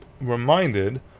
reminded